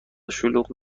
شلوغ